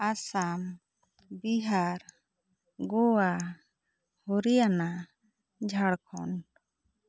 Assam Bihar Goa Haryana Jharkhand